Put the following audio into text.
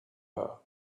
her